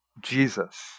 Jesus